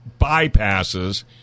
bypasses